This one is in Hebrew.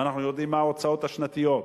ואנחנו יודעים מה ההוצאות השנתיות.